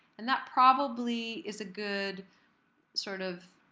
and that probably is a good sort of